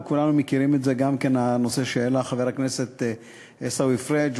וכולנו מכירים גם את הנושא שהעלה חבר הכנסת עיסאווי פריג'.